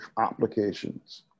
applications